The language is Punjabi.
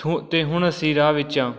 ਥੋ ਅਤੇ ਹੁਣ ਅਸੀਂ ਰਾਹ ਵਿੱਚ ਹਾਂ